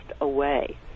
away